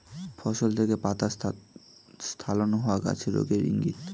ফসল থেকে পাতা স্খলন হওয়া গাছের রোগের ইংগিত